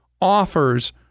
offers